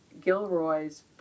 Gilroy's